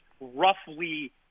roughly